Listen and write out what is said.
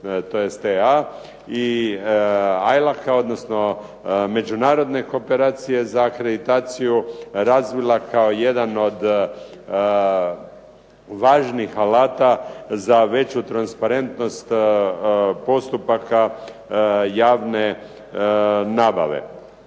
razumije./…, odnosno Međunarodne kooperacije za akreditaciju razvila kao jedan od važnih alata za veću transparentnost postupaka javne nabave.